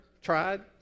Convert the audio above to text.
Tried